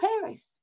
Paris